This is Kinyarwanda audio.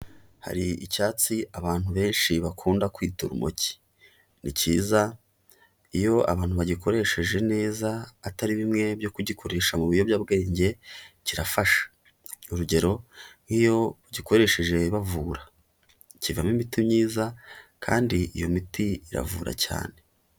Hari icyatsi abantu benshi bakunda kwita urumogi, ni cyiza iyo abantu bagikoresheje neza atari bimwe byo kugikoresha mu biyobyabwenge, kirafasha urugero nk'iyo bagikoresheje bavura, kivamo imiti myiza kandi iyo miti iravura cyane.